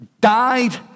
died